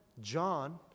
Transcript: John